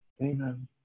Amen